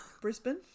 Brisbane